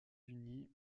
unis